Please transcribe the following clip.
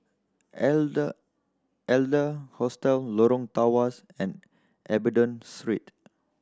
elder elder Hostel Lorong Tawas and Abingdon